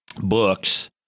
books